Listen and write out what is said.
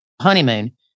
honeymoon